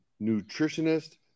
nutritionist